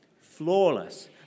flawless